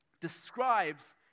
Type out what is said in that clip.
describes